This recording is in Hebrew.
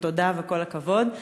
תודה וכל הכבוד.